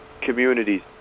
communities